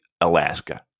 Alaska